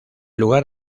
lugar